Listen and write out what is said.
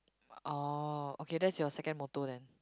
oh okay that's your second motto then